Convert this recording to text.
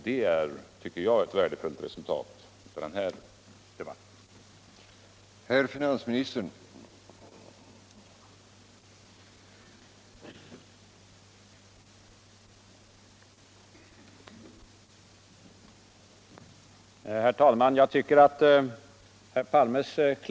Det tycker fag är ett värdefullt resultat av denna debatt.